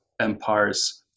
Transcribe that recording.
empires